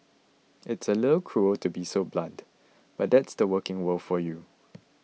it's a little cruel to be so blunt but that's the working world for you